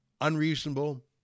unreasonable